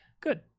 good